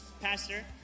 pastor